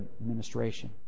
administration